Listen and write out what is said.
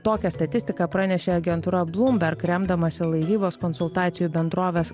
tokią statistiką pranešė agentūra bloomberg remdamasi laivybos konsultacijų bendrovės